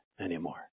anymore